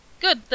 Good